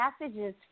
messages